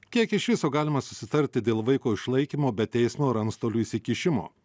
kiek iš viso galima susitarti dėl vaiko išlaikymo be teismo ar antstolių įsikišimo